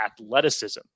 athleticism